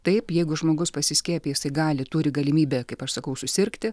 taip jeigu žmogus pasiskiepija jisai gali turi galimybę kaip aš sakau susirgti